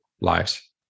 lives